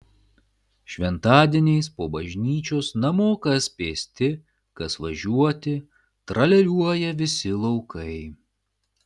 šventadieniais po bažnyčios namo kas pėsti kas važiuoti tralialiuoja visi laukai